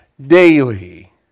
daily